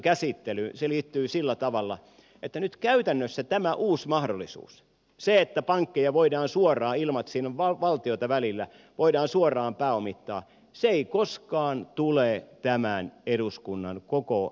se liittyy sillä tavalla että nyt käytännössä tämä uusi mahdollisuus se että pankkeja voidaan suoraan pääomittaa ilman että siinä on valtiota välillä ei koskaan tule koko eduskunnan käsittelyyn